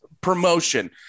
promotion